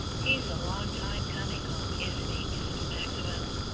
he's a long time coming home, isn't he, mrs. maxwell?